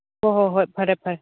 ꯍꯣꯏ ꯍꯣꯏ ꯍꯣꯏ ꯐꯔꯦ ꯐꯔꯦ